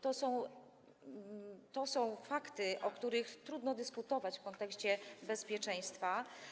To są fakty, o których trudno dyskutować w kontekście bezpieczeństwa.